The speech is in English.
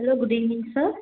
hello good evening sir